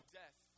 death